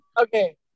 Okay